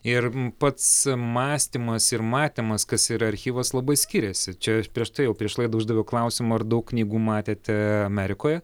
ir pats mąstymas ir matymas kas yra archyvas labai skiriasi čia prieš tai jau prieš laidą uždaviau klausimą ar daug knygų matėte amerikoje